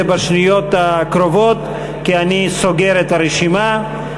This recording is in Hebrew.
זה בשניות הקרובות כי אני סוגר את הרשימה.